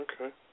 Okay